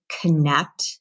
connect